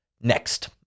next